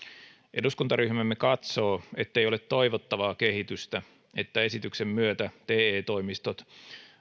eduskuntaryhmämme katsoo ettei ole toivottavaa kehitystä että esityksen myötä te toimistot